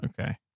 Okay